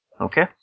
Okay